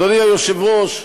אדוני היושב-ראש,